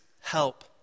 help